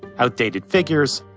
outdated figures,